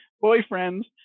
boyfriend's